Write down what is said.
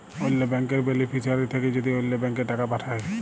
অল্য ব্যাংকের বেলিফিশিয়ারি থ্যাকে যদি অল্য ব্যাংকে টাকা পাঠায়